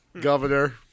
governor